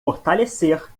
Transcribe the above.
fortalecer